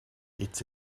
its